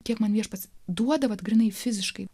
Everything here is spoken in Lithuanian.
kiek man viešpats duoda bet grynai fiziškai